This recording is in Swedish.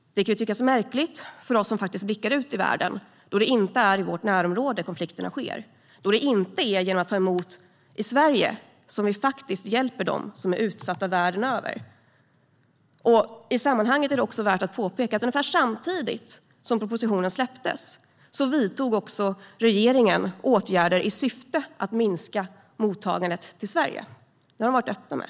Det kan tyckas märkligt för oss som blickar ut i världen då det inte är i vårt närområde som konflikterna sker och då det inte är genom att ta emot i Sverige som vi hjälper dem som är utsatta världen över. I sammanhanget är det också värt att påpeka att ungefär samtidigt som propositionen presenterades vidtog också regeringen åtgärder i syfte att minska mottagandet i Sverige. Det har man varit öppen med.